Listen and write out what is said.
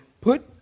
Put